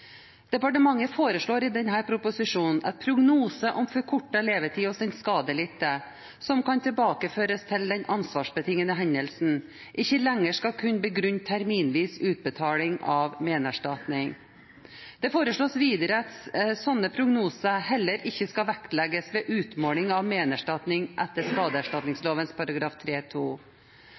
Departementet foreslår i denne proposisjonen at prognoser om forkortet levetid hos den skadelidte som kan tilbakeføres til den ansvarsbetingende hendelsen, ikke lenger skal kunne begrunne terminvis utbetaling av menerstatning. Det foreslås videre at slike prognoser heller ikke skal vektlegges ved utmålingen av menerstatning etter skadeserstatningsloven § 3-2. Etter forslaget skal tilsvarende gjelde ved utmåling av menerstatning etter